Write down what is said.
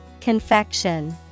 Confection